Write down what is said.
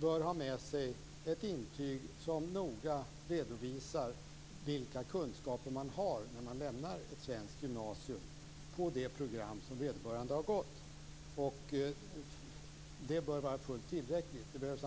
bör ha med sig ett intyg som noga redovisar vilka kunskaper man har när man lämnar ett svenskt gymnasium på det program som vederbörande har gått. Det bör vara fullt tillräckligt.